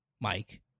Mike